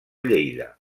lleida